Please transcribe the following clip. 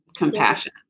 Compassion